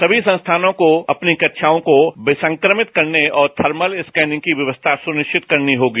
सभी संस्थानों को अपनी कक्षाओं को विसंक्रमित करने और थर्मल स्कैनिंग की व्यवस्था सुनिश्चित करनी होगी